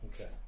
Okay